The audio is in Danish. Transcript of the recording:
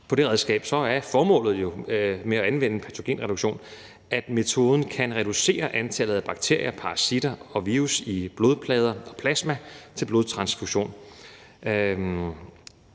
på det redskab, at formålet med at anvende patogenreduktion er, at metoden kan reducere antallet af bakterier, parasitter og virusser i blodplader og -plasma til blodtransfusion.